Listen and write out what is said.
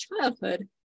childhood